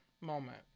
moment